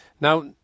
Now